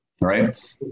right